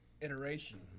iteration